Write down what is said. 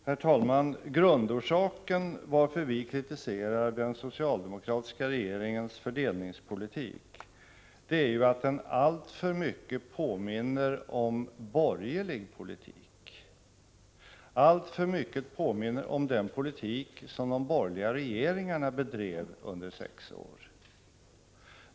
Herr talman! Grundorsaken till varför vi kritiserar den socialdemokratiska regeringens fördelningspolitik är att den alltför mycket påminner om borgerlig politik, alltför mycket påminner om den politik som de borgerliga regeringarna drev under sex år.